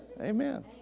Amen